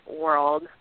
world